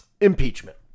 impeachment